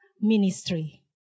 ministry